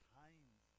times